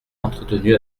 entretenu